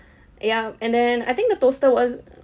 ya and then I think the toaster was